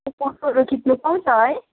ए फोटोहरू खिच्न पाउँछ है